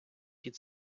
під